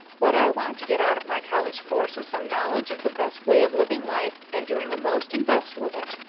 what i want to get out of my college course is some knowledge of the best way of living life and doing the most and best with it.